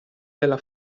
della